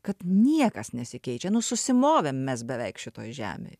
kad niekas nesikeičia nu simovėm mes beveik šitoje žemėj